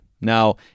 Now